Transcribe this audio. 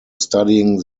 studying